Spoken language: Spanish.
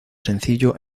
sencillo